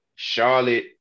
Charlotte